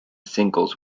singles